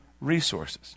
resources